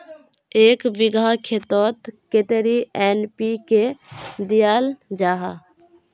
एक बिगहा खेतोत कतेरी एन.पी.के दियाल जहा?